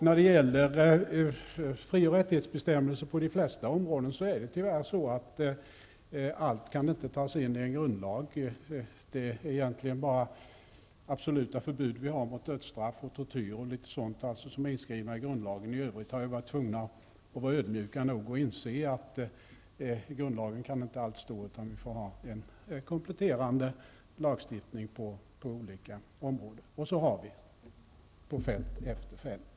När det gäller fri och rättighetsbestämmelser på de flesta områden är det tyvärr så att allt inte kan tas in i en grundlag. Det är egentligen bara absoluta förbud, mot dödsstraff, tortyr och litet sådant, som är inskriva i grundlagen. I övrigt har vi varit tvungna att vara ödmjuka nog att inse att allt inte kan stå i grundlagen, utan vi får ha en kompletterande lagstiftning på olika områden, och det har vi på fält efter fält.